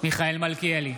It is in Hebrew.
מיכאל מלכיאלי,